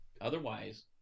Otherwise